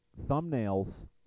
thumbnails